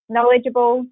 Knowledgeable